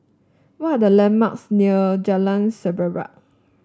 what are the landmarks near Jalan Semerbak